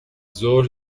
ظهر